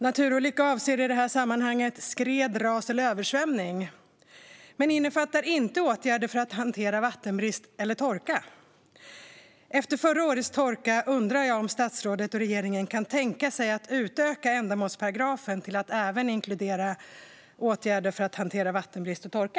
Naturolyckor avser i det här sammanhanget skred, ras eller översvämning, men det innefattar inte åtgärder för att hantera vattenbrist eller torka. Efter förra årets torka undrar jag om statsrådet och regeringen kan tänka sig att utöka ändamålsparagrafen till att även inkludera åtgärder för att hantera vattenbrist och torka.